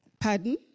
pardon